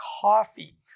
coffee